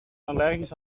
allergisch